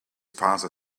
father